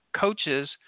coaches